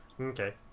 Okay